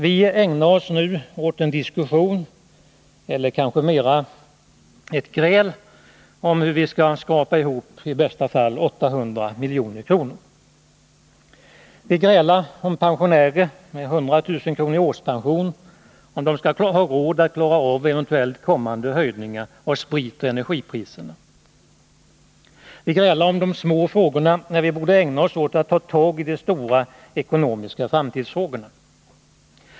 Vi ägnar oss nu åt en diskussion, eller kanske mera ett gräl, om hur vi skall skrapa ihop i bästa fall 800 milj.kr. Vi grälar om huruvida pensionärer med 100 000 kr. i årspension skall ha råd att klara eventuellt kommande höjningar av spritoch energipriserna. Vi grälar om de små frågorna, när vi borde ägna oss åt att ta tag i de stora ekonomiska framtidsfrågorna.